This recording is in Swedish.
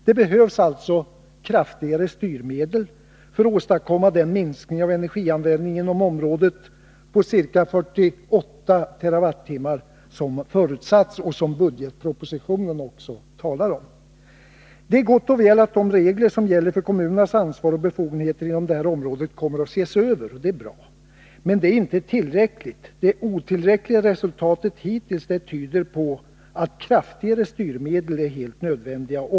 Det behövs alltså kraftigare styrmedel för att åstadkomma den minskning av energianvändningen inom området på ca 48 TWh som förutsatts och som budgetpropositionen också talar om. Det är gott och väl att de regler som gäller för kommunernas ansvar och befogenheter inom det här området kommer att ses över. Det är bra, men det är inte tillräckligt. Det otillräckliga resultatet hittills tyder på att kraftigare styrmedel är helt nödvändiga.